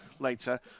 later